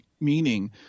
meaning